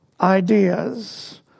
ideas